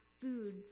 food